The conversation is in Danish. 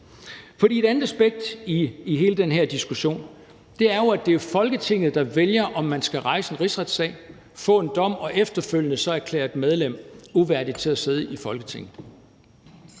et andet aspekt i hele den her diskussion er jo, at det er Folketinget, der vælger, om man skal rejse en rigsretssag, få afsagt en dom og efterfølgende så erklære et medlem uværdigt til at sidde i Folketinget.